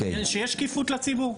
שתהיה שקיפות לציבור.